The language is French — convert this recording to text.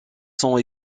sont